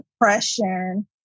depression